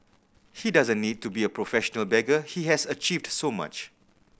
he doesn't need to be a professional beggar he has achieved so much